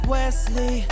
Wesley